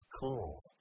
cool